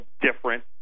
different